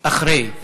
אחרי.